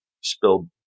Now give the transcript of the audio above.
spilled